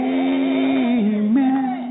amen